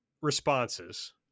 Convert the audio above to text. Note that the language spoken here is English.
responses